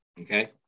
okay